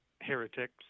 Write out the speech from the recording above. heretics